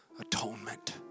atonement